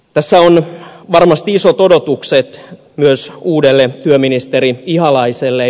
tässä on varmasti isot odotukset myös uudelle työministerille ihalaiselle